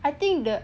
I think the